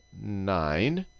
nine.